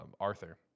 Arthur